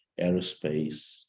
aerospace